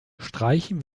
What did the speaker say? streichen